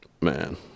man